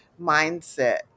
mindset